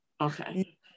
okay